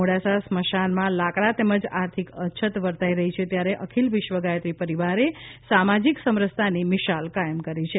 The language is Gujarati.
મોડાસા સ્મશાનમાં લાકડા તેમજ આર્થિક અછત વર્તાઈ રહી છે ત્યારે અખિલ વિશ્વ ગાયત્રી પરિવાર એ સામાજિક સમરસતાની મિશાલ કાયમ કરી છે